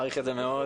מעריך את זה מאוד.